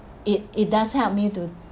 it it does help me to